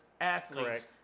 athletes